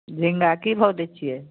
झींगा की भाव दै छियै